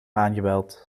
aangebeld